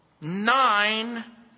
Nine